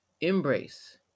embrace